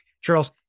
Charles